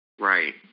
Right